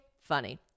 funny